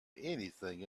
everything